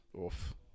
Oof